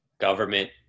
government